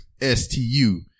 S-T-U